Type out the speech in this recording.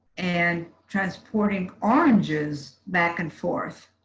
and transporting oranges back and forth.